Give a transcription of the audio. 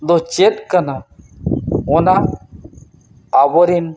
ᱫᱚ ᱪᱮᱫ ᱠᱟᱱᱟ ᱚᱱᱟ ᱟᱵᱚ ᱨᱮᱱ